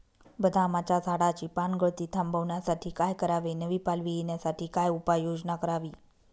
बदामाच्या झाडाची पानगळती थांबवण्यासाठी काय करावे? नवी पालवी येण्यासाठी काय उपाययोजना करावी?